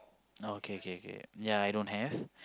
okay okay okay ya I don't have